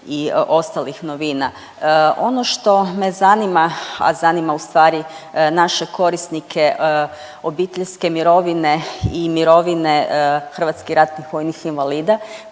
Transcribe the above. i ostalih novina. Ono što me zanima, a zanima ustvari naše korisnike obiteljske mirovine i mirovine HRVI koji imaju